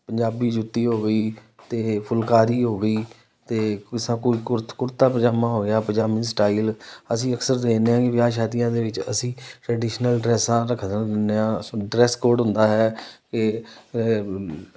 ਪੰਜਾਬੀ ਜੁੱਤੀ ਹੋ ਗਈ ਅਤੇ ਫੁਲਕਾਰੀ ਹੋ ਗਈ ਅਤੇ ਜਿਸ ਤਰ੍ਹਾਂ ਕੋਈ ਕੁਰਤ ਕੁੜਤਾ ਪਜ਼ਾਮਾ ਹੋ ਗਿਆ ਪਜ਼ਾਮੀ ਸਟਾਈਲ ਅਸੀਂ ਅਕਸਰ ਦੇਖਦੇ ਹਾਂ ਕਿ ਵਿਆਹ ਸ਼ਾਦੀਆਂ ਦੇ ਵਿੱਚ ਅਸੀਂ ਟਰਡੀਸ਼ਨਲ ਡਰੈਸਾਂ ਰੱਖਦੇ ਹੁੰਦੇ ਹਾਂ ਡਰੈਸ ਕੋਡ ਹੁੰਦਾ ਹੈ ਇਹ